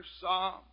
Psalm